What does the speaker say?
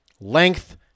Length